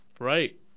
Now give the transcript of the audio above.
Right